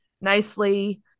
nicely